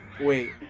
Wait